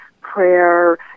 prayer